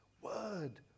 word